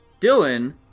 Dylan